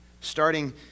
starting